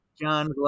John